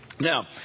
Now